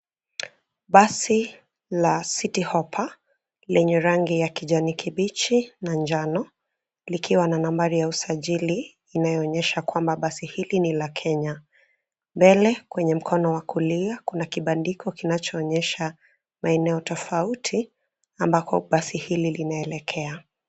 Basi la Citi Hoppa lenye rangi ya kijani kibichi na njano. Likiwa namba ya usajili inayoonyesha basi hili ni la Kenya. Mbele kwenye mkono wa kulia kuna kibdandiko kinachoonyesha maeneo tofauti ambako basi hili linaelekea.